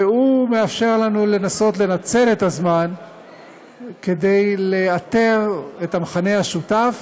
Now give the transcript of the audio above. והוא מאפשר לנו לנסות לנצל את הזמן כדי לאתר את המכנה המשותף,